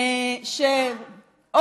מה?